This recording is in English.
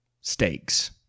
stakes